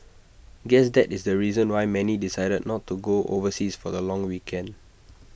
guess that is the reason why many decided not to go overseas for the long weekend